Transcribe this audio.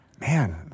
man